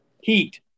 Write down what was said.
Heat